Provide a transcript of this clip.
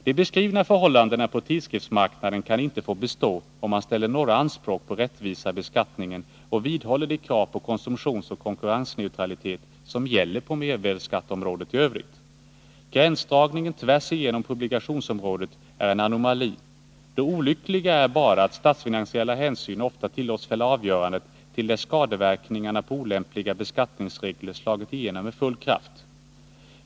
De beskrivna förhållandena på tidskriftsmarknaden kan inte få bestå, om man ställer några anspråk på rättvisa i beskattningen och vidhåller de krav på konsumtionsoch konkurrensneutralitet som gäller på mervärdeskatteområdet i övrigt. Gränsdragningen tvärs igenom publikationsområdet är en anomali. Det olyckliga är bara att statsfinansiella hänsynstaganden ofta tillåts fälla avgörandet, till dess skadeverkningarna på olämpliga beskattningsregler slagit igenom med full kraft.